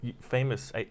famous